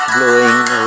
Blowing